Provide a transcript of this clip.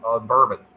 Bourbon